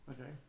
Okay